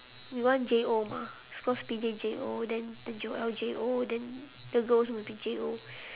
we want J O mah it's cause J O then joel J O then the girl also must be J O